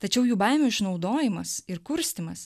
tačiau jų baimių išnaudojimas ir kurstymas